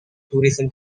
tourism